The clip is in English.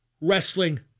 wrestling